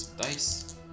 dice